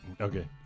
Okay